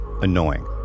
annoying